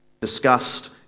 discussed